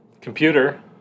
Computer